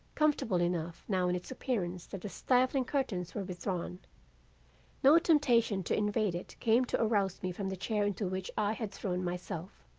comfortable enough now in its appearance that the stifling curtains were withdrawn no temptation to invade it came to arouse me from the chair into which i had thrown myself.